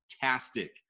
Fantastic